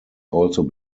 also